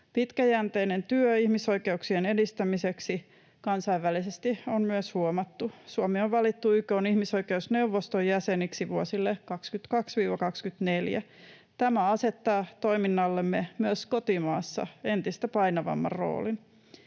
Pitkäjänteinen työ ihmisoikeuksien edistämiseksi kansainvälisesti on myös huomattu: Suomi on valittu YK:n ihmisoikeusneuvoston jäseneksi vuosille 22—24. Tämä asettaa toiminnallemme myös kotimaassa entistä painavamman roolin.